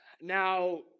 now